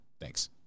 Thanks